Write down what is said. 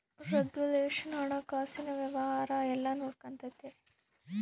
regulation ಹಣಕಾಸಿನ ವ್ಯವಹಾರ ಎಲ್ಲ ನೊಡ್ಕೆಂತತೆ